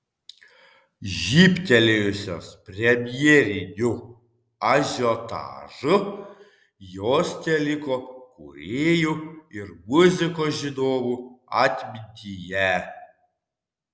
žybtelėjusios premjeriniu ažiotažu jos teliko kūrėjų ir muzikos žinovų atmintyje